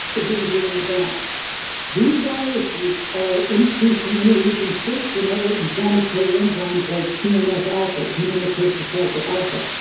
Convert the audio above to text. it brings it into balance these viruses are increasing interleukin six and other inflammatory enzymes like tnf alpha, tumor necrosis factor alpha.